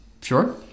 Sure